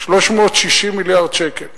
360 מיליארד שקל.